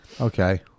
okay